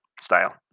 style